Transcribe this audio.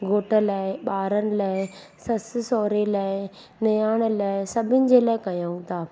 घोठ लाए ॿारनि लाइ ससु सहुरे लाइ निणान लाइ सभिनि जे लाइ कयूं था